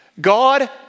God